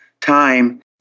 time